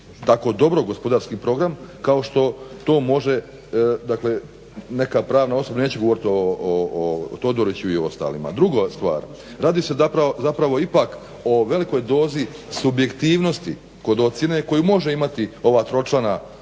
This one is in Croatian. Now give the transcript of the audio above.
tako dobro gospodarski program kako što to može, dakle neka pravna osoba, neću govoriti o Todoriću i ostalima. Druga stvar, radi se zapravo ipak o velikoj dozi subjektivnosti kod ocjene koju može imati ova tročlana, da